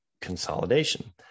consolidation